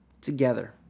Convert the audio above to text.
Together